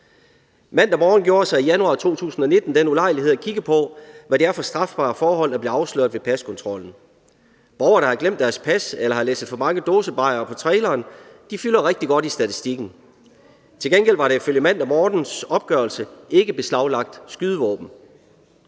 Mandag Morgen gjorde sig i januar 2019 den ulejlighed at kigge på, hvad det er for strafbare forhold, der bliver afsløret ved paskontrollen. Borgere, der har glemt deres pas eller har læsset for mange dåsebajere på traileren, fylder rigtig godt i statistikken. Til gengæld var der ifølge Mandag Morgens opgørelse ikke beslaglagt skydevåben.